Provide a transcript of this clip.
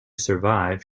survive